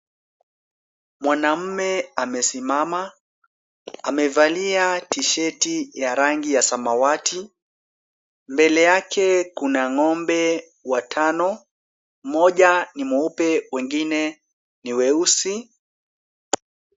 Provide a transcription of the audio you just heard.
Mwanaume amesimama, amevalia t-sheti yenye rangi ya samawati. Mbele yake kuna ng’ombe watano. Mmoja ni mweupe wengine ni weusi.